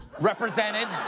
represented